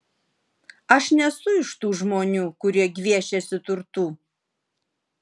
aš nesu iš tų žmonių kurie gviešiasi turtų